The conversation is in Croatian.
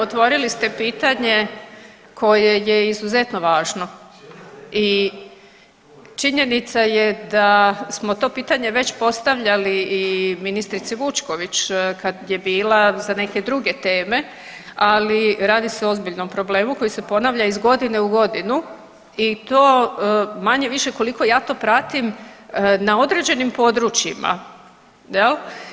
Otvorili ste pitanje koje je izuzetno važno i činjenica je da smo to pitanje već postavljali i ministrici Vučković kad je bila za neke druge teme, ali radi se o ozbiljnom problemu koji se ponavlja iz godine u godinu i to manje-više koliko ja to pratim, na određenim područjima, je li?